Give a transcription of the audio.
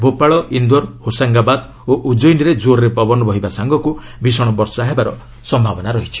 ଭୋପାଳ ଇନ୍ଦୋର ହୋସାଙ୍ଗାବାଦ୍ ଓ ଉଜୟିନୀରେ କୋର୍ରେ ପବନ ବହିବା ସାଙ୍ଗକ୍ତ ଭୀଷଣ ବର୍ଷା ହେବାର ସମ୍ଭାବନା ରହିଛି